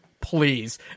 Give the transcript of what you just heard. please